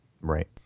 Right